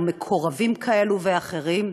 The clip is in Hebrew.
או מקורבים כאלה ואחרים,